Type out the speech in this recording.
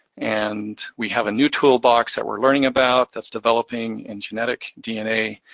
and we have a new toolbox that we're learning about that's developing in genetic dna,